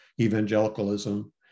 evangelicalism